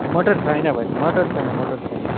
मटर छैन भाइ मटर छैन मटर छैन